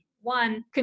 One